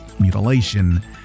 mutilation